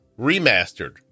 remastered